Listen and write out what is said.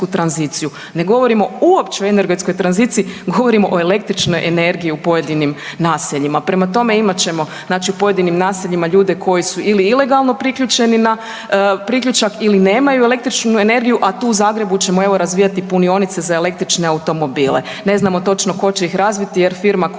Ne govorimo uopće o energetskoj tranziciji, govorimo o električnoj energiji u pojedinim naseljima. Prema tome, imat ćemo, znači u pojedinim naseljima ljude koji su ili ilegalno priključeni na priključak ili nemaju električnu energiju, a tu u Zagrebu ćemo evo razvijati punionice za električne automobile. Ne znamo točno ko će ih razviti jer firma koja je dobila